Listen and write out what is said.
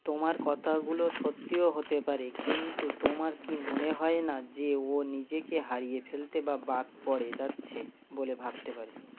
তোমার কথাগুলো সত্যিও হতে পারে কিন্তু তোমার কি মনে হয় না যে ও নিজেকে হারিয়ে ফেলতে বা বাদ পড়ে যাচ্ছে বলে ভাবতে পারে